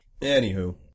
Anywho